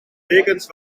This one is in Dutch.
dekens